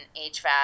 hvac